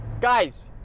Guys